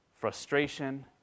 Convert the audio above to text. frustration